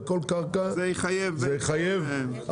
בכל קרקע זה יחייב הסדרה.